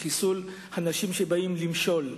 בחיסול האנשים שבאים למשול.